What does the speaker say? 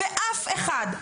ואף אחד,